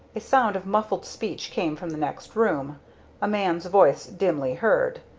a sound of muffled speech came from the next room a man's voice dimly heard.